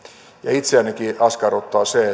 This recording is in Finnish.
itseänikin askarruttaa se